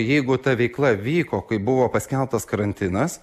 jeigu ta veikla vyko kai buvo paskelbtas karantinas